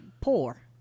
poor